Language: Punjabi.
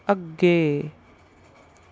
ਅੱਗੇ